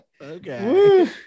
okay